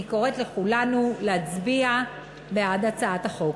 אני קוראת לכולנו להצביע בעד הצעת החוק.